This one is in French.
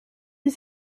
dix